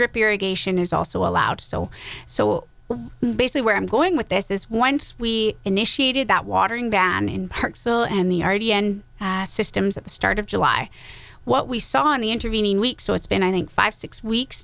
drip irrigation is also allowed so so basically where i'm going with this is once we initiated that watering ban in parks bill and the systems at the start of july what we saw in the intervening week so it's been i think five six weeks